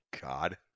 God